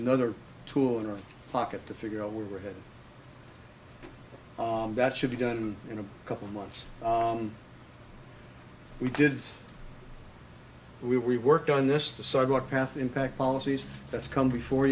another tool in our pocket to figure out where we're headed that should be done in a couple months we did we worked on this the sidewalk path impact policies that's come before